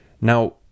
Now